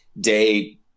day